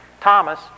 Thomas